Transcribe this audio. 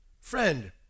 friend